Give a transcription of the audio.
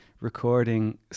recording